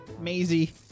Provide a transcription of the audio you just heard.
Maisie